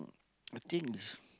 I think this